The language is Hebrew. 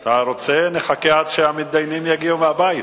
אתה רוצה, נחכה עד שהמתדיינים יגיעו מהבית.